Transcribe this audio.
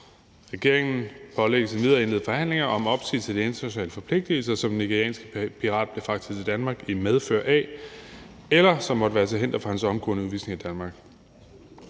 Regeringen pålægges endvidere at indlede forhandlinger om opsigelser af de internationale forpligtelser, som den nigerianske pirat blev fragtet til Danmark i medfør af, eller som måtte være til hinder for hans omgående udvisning af Danmark.